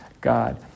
God